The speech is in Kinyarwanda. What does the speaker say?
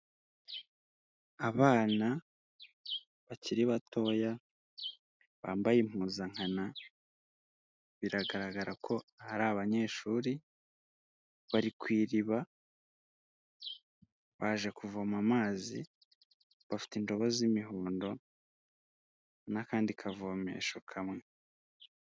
Abana bakiri batoya bambaye impuzankana, biragaragara ko ari abanyeshuri, bari ku iriba baje kuvoma amazi, bafite indobo z'imihondo n'akandi kavomesho kamwe.